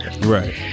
Right